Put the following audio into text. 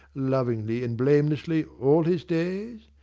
lovingly and blamelessly, all his days?